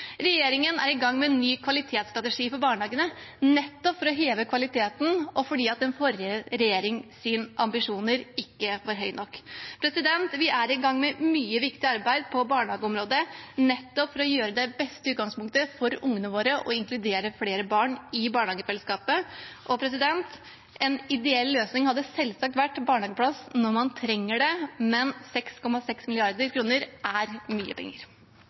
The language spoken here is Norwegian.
Regjeringen er i gang med en ny kvalitetsstrategi for barnehagene, nettopp for å heve kvaliteten og fordi den forrige regjeringens ambisjoner ikke var høye nok. Vi er i gang med mye viktig arbeid på barnehageområdet, nettopp for å gi det beste utgangspunktet til ungene våre og inkludere flere barn i barnehagefellesskapet. En ideell løsning hadde selvsagt vært barnehageplass når man trenger det, men 6,6 mrd. kr er mye penger.